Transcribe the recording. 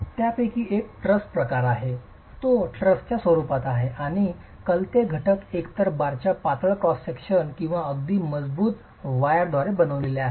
त्यापैकी एक ट्रस प्रकार आहे तो ट्रसच्या स्वरूपात आहे आणि कलते घटक एकतर बारच्या पातळ क्रॉस सेक्शन किंवा अगदी मजबूत वायरद्वारे बनविलेले आहेत